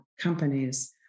companies